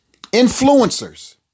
Influencers